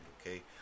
Okay